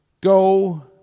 Go